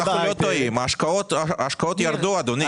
ההשקעות ירדו, אדוני.